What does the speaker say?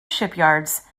shipyards